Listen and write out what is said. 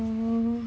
um